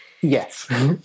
Yes